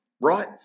right